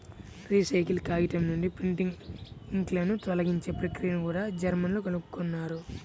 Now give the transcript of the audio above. recycle కాగితం నుండి printing ఇంక్లను తొలగించే ప్రక్రియను కూడా జర్మన్లు కనుగొన్నారు